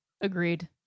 agreed